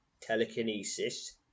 Telekinesis